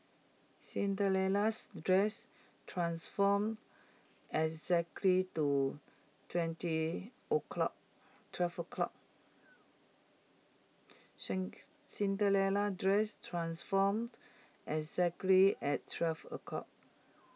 Cinderella's dress transformed exactly two twenty o'clock twelve o'clock Cinderella's dress transformed exactly at twelve o' clock